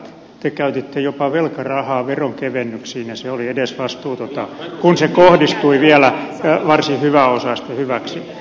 te käytitte jopa velkarahaa veronkevennyksiin ja se oli edesvastuutonta kun se kohdistui vielä varsin hyväosaisten hyväksi